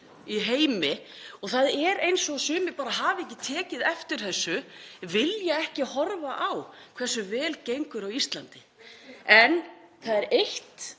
í heimi. Það er eins og sumir bara hafi ekki tekið eftir þessu, vilji ekki horfa á hversu vel gengur á Íslandi. En það er eitt